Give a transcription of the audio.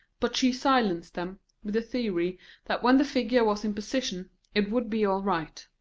but she silenced them with the theory that when the figure was in position it would be all right.